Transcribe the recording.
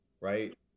right